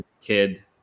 kid